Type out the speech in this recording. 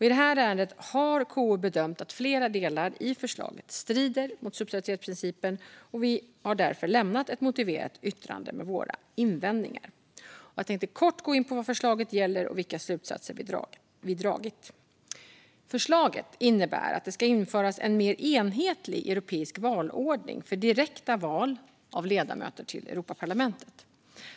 I det här ärendet har KU bedömt att flera delar i förslaget strider mot subsidiaritetsprincipen, och vi har därför lämnat ett motiverat yttrande med våra invändningar. Jag tänkte kort gå in på vad förslaget gäller och vilka slutsatser vi dragit. Förslaget innebär att det ska införas en mer enhetlig europeisk valordning för direkta val av ledamöter till Europaparlamentet.